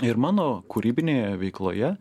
ir mano kūrybinėje veikloje